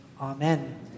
Amen